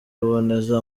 ruboneza